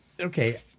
okay